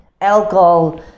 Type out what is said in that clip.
alcohol